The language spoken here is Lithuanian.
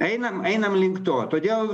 einam einam link to todėl